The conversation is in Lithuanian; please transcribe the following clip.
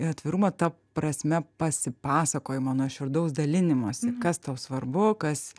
atvirumo ta prasme pasipasakojimo nuoširdaus dalinimosi kas tau svarbu kas